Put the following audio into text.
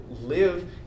live